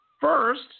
First